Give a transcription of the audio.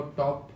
top